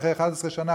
אחרי 11 שנה,